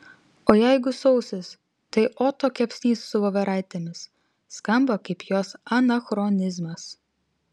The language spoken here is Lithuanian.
o jeigu sausis tai oto kepsnys su voveraitėmis skamba kaip jos anachronizmas